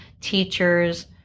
teachers